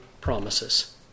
promises